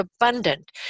abundant